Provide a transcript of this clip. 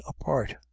apart